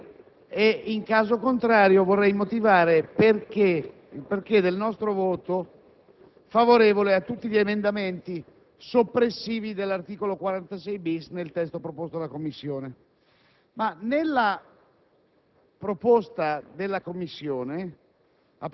su questa disposizione. In caso contrario, vorrei motivare il motivo del nostro voto favorevole a tutti gli emendamenti soppressivi dell'articolo 46-*bis* nel testo proposto dalla Commissione.